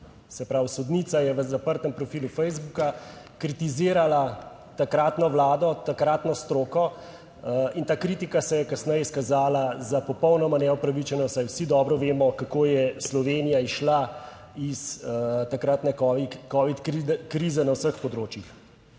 se pravi, sodnica je v zaprtem profilu Facebooka kritizirala takratno vlado, takratno stroko in ta kritika se je kasneje izkazala za popolnoma neupravičeno, saj vsi dobro vemo, kako je Slovenija izšla iz takratne covid krize na vseh področjih.